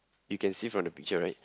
you can see from the picture right